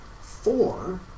four